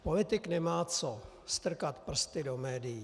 Politik nemá co strkat prsty do médií.